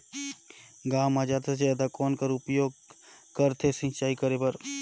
गांव म जादा से जादा कौन कर उपयोग करथे सिंचाई करे बर?